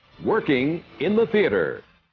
working in the theatre